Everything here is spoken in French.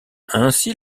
ainsi